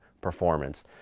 performance